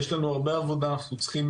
יש לנו הרבה עבודה, אנחנו צריכים